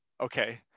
Okay